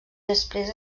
després